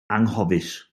anghofus